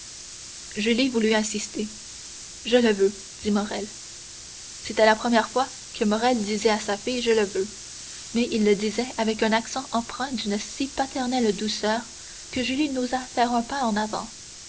dit-il julie voulut insister je le veux dit morrel c'était la première fois que morrel disait à sa fille je le veux mais il le disait avec un accent empreint d'une si paternelle douceur que julie n'osa faire un pas en avant